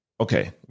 okay